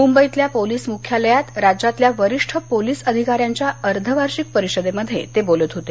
मुंबईतल्या पोलीस मुख्यालयात राज्यातल्या वरिष्ठ पोलीस अधिकाऱ्यांच्या अर्धवार्षिक परिषदेमध्ये ते बोलत होते